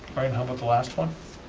and how about the last one.